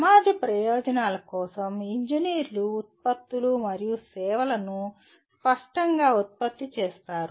సమాజ ప్రయోజనాల కోసం ఇంజనీర్లు ఉత్పత్తులు మరియు సేవలను స్పష్టంగా ఉత్పత్తి చేస్తారు